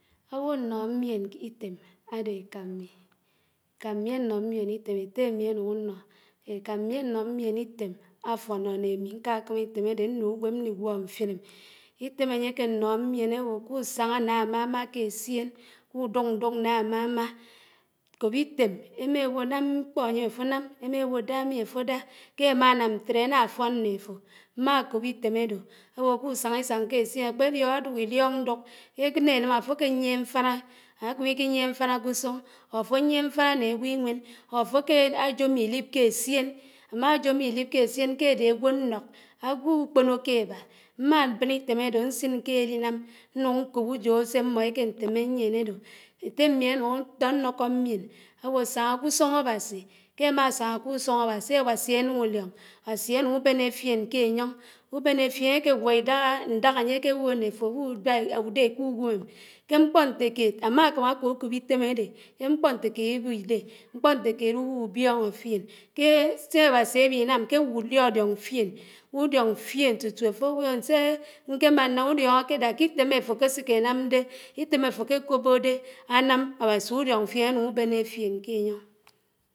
Áwò ánóhó mién ítém ádò ékámmì. Ékámmì ánó míén itén étté ámì ñnùñ ánó. Ékámmì ánó míén ítém áfóñó né ámí ñkákámi ítém ádé ñnùwém ñnigwó mfiném. Ítém ányéké nó míén áwó kùsáñá ná ámámá k’éssien, k’ùdùk ñdùk ná ámámá, kòb ítém, émáwò nám mkpó ányém áfónám, émá éwó dámí áfó dá, ké ámánám ñtéré ánáfón né áfó, mmákób ítém ádò, áwò kùsáñá ísáñ k’éssién ídíọk ñdùk, énénám áfòkéyiè mfáná né ágwó íwén or áfóke jémó ílíb k’éssién ámá jómó ílíb k’éssién ké ádé ágwó ñnók, ágwùkpònòkè ábá mmábén ítém ádò ñsín ké á lñnám, ñnùñ ñkòb ájó sè ámó éké ñtémé ádó, étémí ánùñ áñnókó mién áwó sáñá k’ùsùñ Ábásì, ké ámá ásáná k’ùsùñ Áwásí Áwáá nùlióñ. Áwásì ánùñ ùbéné fién ké ányóñ, ùbéné fién ákégwo ídáhá, ñdáhá áyékewò né áfòwù àbá ádé k’ùwémém, ké mkpó ñtékéd ámá ákáb ákókób ítém ádé k’émkpó ñtékéd íbígí ídé, mkpó ñtékéd ùn’ùbuñó fión ké sé Áwásí áwinám ké áwù ùliblióñ fién ùdióñ fíén tùtù áfòwò ñsé ñkémán ñnám ùdióñóké dát k’ítém áfò késéké námdé, ídém áfó ké kòbò dé ánám Áwásì ùrióñ fién ánùñ ùbénéfién ké yóñ.